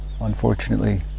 Unfortunately